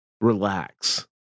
relax